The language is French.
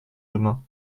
demain